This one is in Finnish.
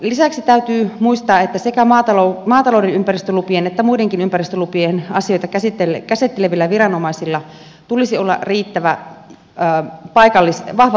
lisäksi täytyy muistaa että sekä maatalouden ympäristölupien että muidenkin ympäristölupien asioita käsittelevillä viranomaisilla tulisi olla vahva paikallisasiantuntemus